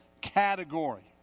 category